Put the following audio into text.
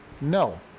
no